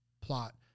plot